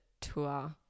tour